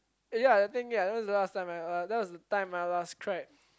ya I think ya it was the last time I uh that was the time I last cried